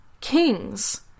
Kings